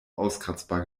auskratzbar